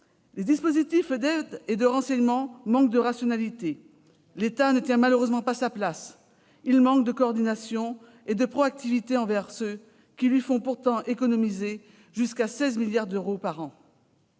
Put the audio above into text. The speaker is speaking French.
Les dispositifs d'aide et d'information manquent de rationalité. L'État ne tient malheureusement pas sa place. Son action manque de coordination et de proactivité envers ceux qui lui font pourtant économiser jusqu'à 16 milliards d'euros par an.